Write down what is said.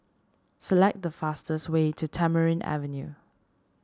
select the fastest way to Tamarind Avenue